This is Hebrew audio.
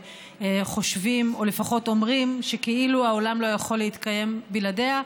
וחושבים או לפחות אומרים שכאילו העולם לא יכול להתקיים בלעדיה,